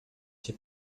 cię